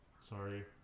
Sorry